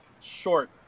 short